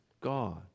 God